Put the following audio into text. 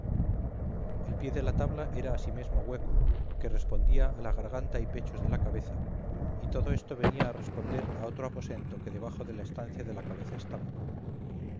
el pie de la tabla era ansimesmo hueco que respondía a la garganta y pechos de la cabeza y todo esto venía a responder a otro aposento que debajo de la estancia de la cabeza estaba